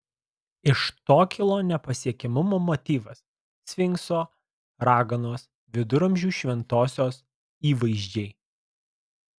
iš to kilo nepasiekiamumo motyvas sfinkso raganos viduramžių šventosios įvaizdžiai